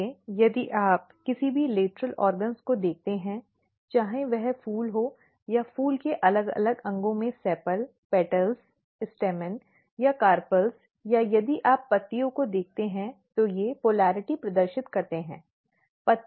इसलिए यदि आप किसी भी लेटरल अंगों को देखते हैं चाहे वह फूल हो या फूल के अलग अलग अंगों में सीपाल पंखुड़ी पुंकेसर या कार्पेल या यदि आप पत्ती को देखते हैं तो वे ध्रुवीयता प्रदर्शित करते हैं